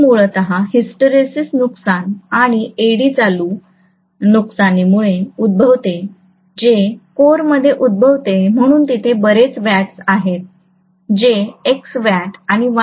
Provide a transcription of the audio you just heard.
हे मूलत हिस्टरेसिस नुकसान आणि एडी चालू नुकसानीमुळे उद्भवते जे कोरमध्ये उद्भवते म्हणून तिथे बरेच वॅट्स आहेत जे X वॅट्स किंवा Y वॅट्स आहेत